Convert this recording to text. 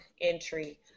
entry